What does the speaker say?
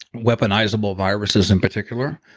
weaponizable viruses in particular,